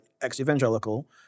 ex-evangelical